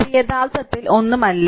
ഇത് യഥാർത്ഥത്തിൽ ഒന്നുമല്ല